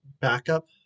backup